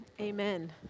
Amen